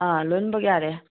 ꯑꯥ ꯂꯣꯏꯅꯃꯛ ꯌꯥꯔꯦ